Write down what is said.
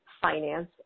finance